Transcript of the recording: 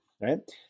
right